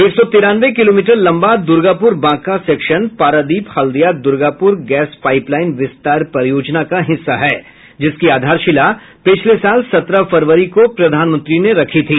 एक सौ तिरानवे किलोमीटर लंबा Durgapur Banka section Paradip Haldia Durgapur gas pipeline विस्तार परियोजना का हिस्सा है जिसकी आधारशिला पिछले साल सत्रह फरवरी को प्रधानमंत्री ने रखी थी